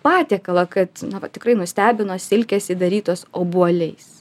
patiekalą kad na va tikrai nustebino silkės į darytos obuoliais